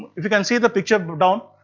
if you can see the picture but down.